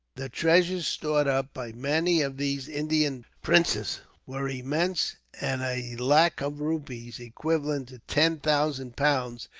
the treasures stored up by many of these indian princes were immense, and a lac of rupees, equivalent to ten thousand pounds,